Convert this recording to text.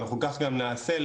ואנחנו כך גם נעשה,